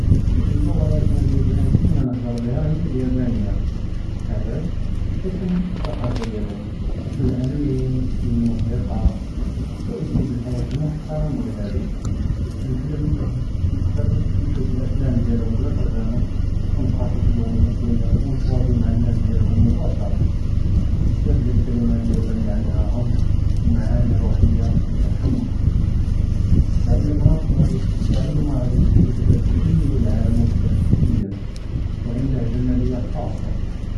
אללוג'ה אלאג'נביה אללי כנתמַנה נֶהֻדֶר בּיהה היא אליַאפָאנִיה, עלאשו? חית כִּנחַבּ אלתֻקפה דִיאלהם, אלאנִימֶה, אלמוסיקה, חתה אִסְלוּב אלחַיַاة אלמֻחְתַרָמה ו אלחָדֵء, כִּנחַלֵם כִּנקדר נִשּׁוּף אֶפְלָם דִיאלהם בְּלָא תַרגְמָה, ו נִתְתַוַאסַל מע נאס דִיאלהם דִירֶקְטִית, ו בזאף דִ'כְלְמַאת יַאפָאנִיה ענדהם עֻמק ו מַעָאנִי רֻוְחִיה כִּתְחַמַק תַעַלְּמָה, ג'אדי יִפְתַח לְכּ בַּאב כְּבִיר לעוָאלם מֻכְתַלִף כִּלְיָא ו ענדוּ ג'מאלִיה חֻסּוּסִיה.